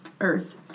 earth